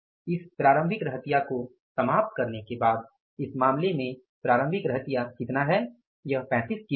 इस प्रारंभिक रहतिया को समाप्त करने के बाद इस मामले में प्रारंभिक रहतिया कितना है यह 35 किलो है